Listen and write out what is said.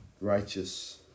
righteous